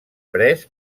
pres